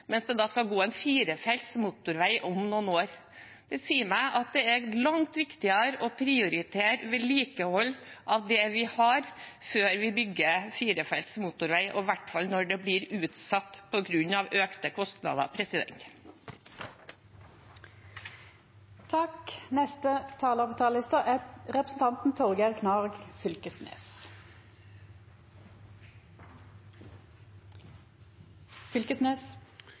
mens det da skal gå en firefelts motorvei der om noen år. Det sier meg at det er langt viktigere å prioritere vedlikehold av det vi har, før vi bygger firefelts motorvei, og i hvert fall når det blir utsatt på grunn av økte kostnader. Dersom det er ein ting som er